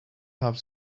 have